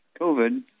COVID